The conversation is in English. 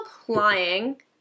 applying